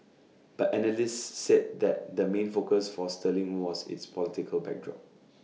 but analysts said that the main focus for sterling was its political backdrop